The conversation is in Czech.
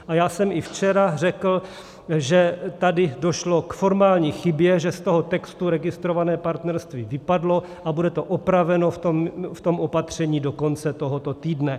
A já jsem i včera řekl, že tady došlo k formální chybě, že z toho textu registrované partnerství vypadlo, a bude to opraveno v tom opatření do konce tohoto týdne.